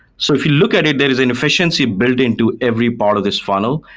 so if you look at it, there is an efficiency built into every part of this funnel.